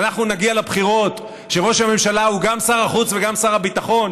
שאנחנו נגיע לבחירות כשראש הממשלה הוא גם שר החוץ וגם שר הביטחון?